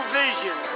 vision